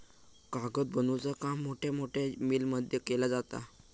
कागद बनवुचा काम मोठमोठ्या मिलमध्ये केला जाता